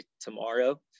tomorrow